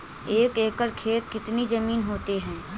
एक एकड़ खेत कितनी जमीन होते हैं?